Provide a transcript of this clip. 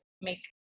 make